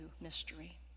mystery